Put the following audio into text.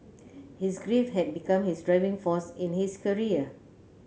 his grief had become his driving force in his career